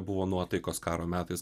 buvo nuotaikos karo metais